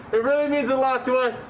it means a lot to us.